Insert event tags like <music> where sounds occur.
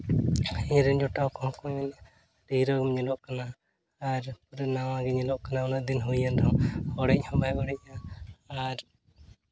ᱤᱧ ᱨᱮᱱ ᱡᱚᱴᱟᱣ ᱠᱚᱦᱚ ᱢᱮᱱᱮᱜᱼᱟ ᱦᱤᱨᱳ ᱜᱮᱢ ᱧᱮᱞᱚᱜ ᱠᱟᱱᱟ ᱟᱨ ᱯᱩᱨᱟᱹ ᱱᱟᱣᱟ ᱜᱮ ᱧᱮᱞᱚᱜ ᱠᱟᱱᱟ ᱩᱱᱟᱹᱜ ᱫᱤᱱ ᱦᱩᱭᱮᱱ ᱨᱮᱦᱚᱸ ᱚᱲᱮᱡ ᱦᱚᱸ ᱵᱟᱭ <unintelligible> ᱚᱲᱮᱡᱟ ᱟᱨ